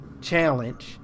challenge